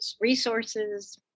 resources